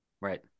Right